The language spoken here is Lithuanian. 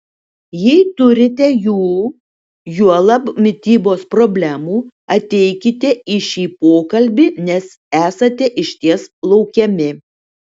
jei turite jų juolab mitybos problemų ateikite į šį pokalbį nes esate išties laukiami